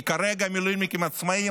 כי כרגע המילואימניקים העצמאים,